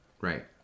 Right